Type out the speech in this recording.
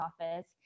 office